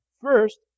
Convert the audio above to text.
first